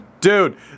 Dude